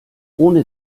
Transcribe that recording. ohne